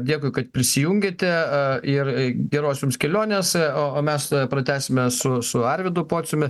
dėkui kad prisijungėte ir geros jums kelionės o o mes pratęsime su su arvydu pociumi